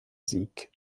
sieg